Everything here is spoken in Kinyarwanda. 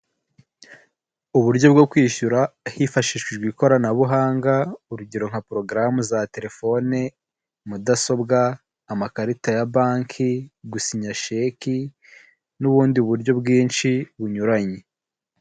Uburyo bwo kwishyura hifashishijwe ikoranabuhanga urugero nka porogaramu za telefone, mudasobwa, amakarita ya banki, gusinya sheki n'ubundi buryo bwinshi bunyuranye.